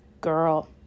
Girl